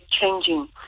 changing